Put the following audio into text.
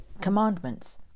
commandments